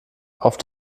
auf